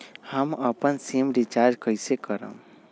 हम अपन SIM recharge कइसे करम?